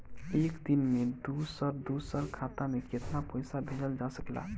एक दिन में दूसर दूसर खाता में केतना पईसा भेजल जा सेकला?